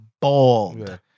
bald